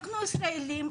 אנחנו ישראליות,